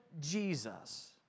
Jesus